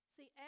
See